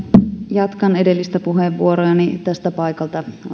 jatkan edellistä puheenvuoroani tästä paikalta